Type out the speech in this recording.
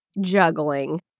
Juggling